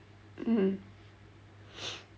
mm